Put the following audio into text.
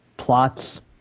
plots